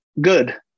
good